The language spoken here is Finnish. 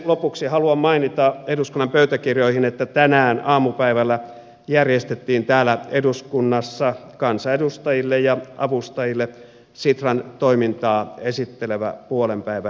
lopuksi haluan mainita eduskunnan pöytäkirjoihin että tänään aamupäivällä järjestettiin täällä eduskunnassa kansanedustajille ja avustajille sitran toimintaa esittelevä puolen päivän seminaari